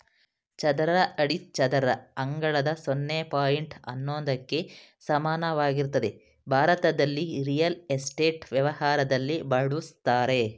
ಚದರ ಅಡಿ ಚದರ ಅಂಗಳದ ಸೊನ್ನೆ ಪಾಯಿಂಟ್ ಹನ್ನೊಂದಕ್ಕೆ ಸಮಾನವಾಗಿರ್ತದೆ ಭಾರತದಲ್ಲಿ ರಿಯಲ್ ಎಸ್ಟೇಟ್ ವ್ಯವಹಾರದಲ್ಲಿ ಬಳುಸ್ತರೆ